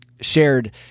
shared